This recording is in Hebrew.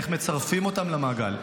איך מצרפים אותם למעגל.